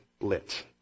lit